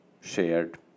shared